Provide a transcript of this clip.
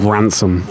Ransom